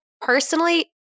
personally